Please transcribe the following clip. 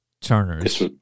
turners